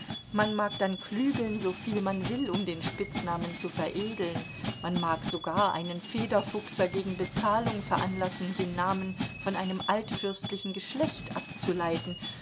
man mag dann klügeln soviel man will um den spitznamen zu veredeln man mag sogar einen federfuchser gegen bezahlung veranlassen den namen von einem altfürstlichen geschlecht abzuleiten